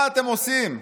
מה אתם עושים?